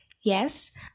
Yes